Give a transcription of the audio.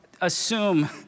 assume